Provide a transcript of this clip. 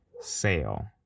sale